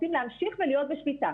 אנחנו רוצים להמשיך ולהיות בשליטה.